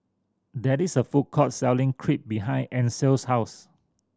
there is a food court selling Crepe behind Ansel's house